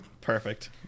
Perfect